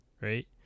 right